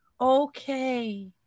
okay